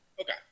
Okay